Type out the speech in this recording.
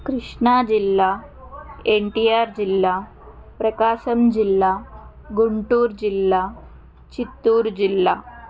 కృష్ణాజిల్లా ఎన్టిఆర్ జిల్లా ప్రకాశం జిల్లా గుంటూరు జిల్లా చిత్తూరు జిల్లా